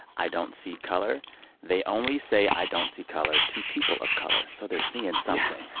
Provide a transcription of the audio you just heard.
i don't see color they only say, i don't see color to people of color. so they're seeing something